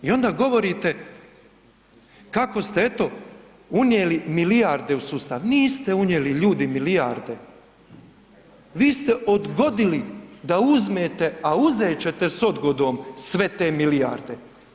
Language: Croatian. I onda govorite kako ste eto unijeli milijarde u sustav, niste unijeli ljudi milijarde, vi ste odgodili da uzmete, a uzet ćete s odgodom sve te milijarde.